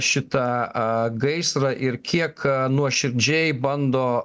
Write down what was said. šitą gaisrą a ir kiek nuoširdžiai bando